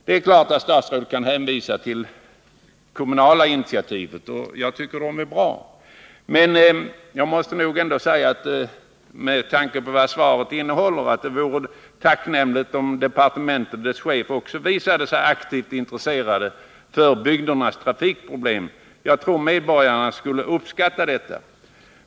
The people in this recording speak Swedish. Det är klart att statsrådet kan hänvisa till kommunala initiativ — och jag tycker att de är bra — men med tanke på vad svaret innehåller vore det tacknämligt om departementet och dess chef också visade sig aktivt intresserade för bygdernas trafikproblem. Jag tror att medborgarna skulle uppskatta detta.